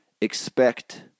expect